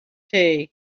tea